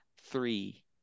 three